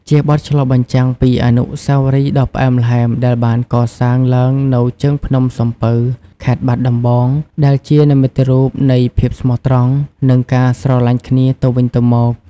ជាបទឆ្លុះបញ្ចាំងពីអនុស្សាវរីយ៍ដ៏ផ្អែមល្ហែមដែលបានកសាងឡើងនៅជើងភ្នំសំពៅ ខេត្តបាត់ដំបង ដែលជានិមិត្តរូបនៃភាពស្មោះត្រង់ និងការស្រឡាញ់គ្នាទៅវិញទៅមក។